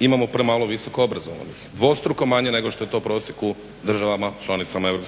imamo premalo visoko obrazovanih, dvostruko manje nego što je to u prosjeku u državama članicama